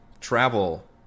travel